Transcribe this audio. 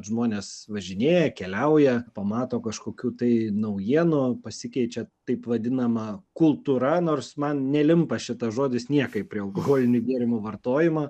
žmonės važinėja keliauja pamato kažkokių tai naujienų pasikeičia taip vadinama kultūra nors man nelimpa šitas žodis niekaip prie alkoholinių gėrimų vartojimą